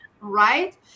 right